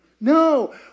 no